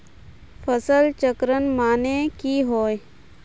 फसल चक्रण माने की होय?